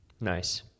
nice